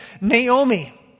Naomi